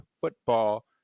football